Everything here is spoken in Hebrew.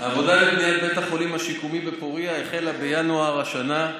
העבודה לבניית בית החולים השיקומי בפוריה החלה בינואר השנה,